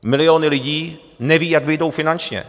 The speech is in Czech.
Miliony lidí nevědí, jak vyjdou finančně.